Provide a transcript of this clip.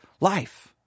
life